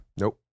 Nope